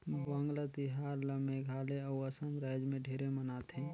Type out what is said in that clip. वांगला तिहार ल मेघालय अउ असम रायज मे ढेरे मनाथे